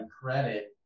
credit